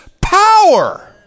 power